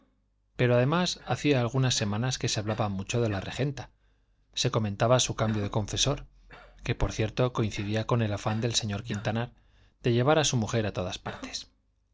pero además hacía algunas semanas que se hablaba mucho de la regenta se comentaba su cambio de confesor que por cierto coincidía con el afán del señor quintanar de llevar a su mujer a todas partes